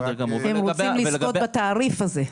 אתה אומר שהם רוצים לזכות בתעריף הזה,